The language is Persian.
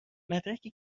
مدرکی